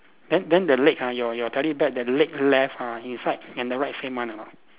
then then the leg ah your your teddy bear the leg left ah inside and the right same one or not